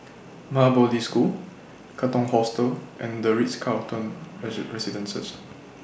Maha Bodhi School Katong Hostel and The Ritz Carlton Residences